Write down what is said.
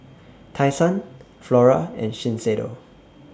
Tai Sun Flora and Shiseido